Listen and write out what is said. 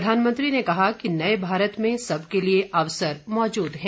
प्रधानमंत्री ने कहा कि नए भारत में सबके लिए अवसर मौजूद हैं